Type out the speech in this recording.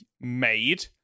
made